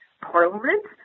Parliament